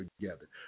together